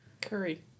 curry